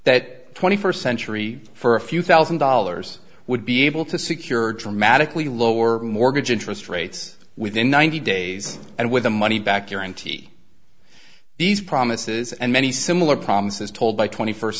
that twenty first century for a few thousand dollars would be able to secure dramatically lower mortgage interest rates within ninety days and with the money back guarantee these promises and many similar promises told by twenty first